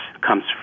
comes